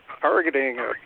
targeting